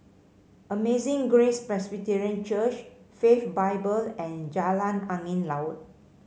Amazing Grace Presbyterian Church Faith Bible and Jalan Angin Laut